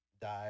die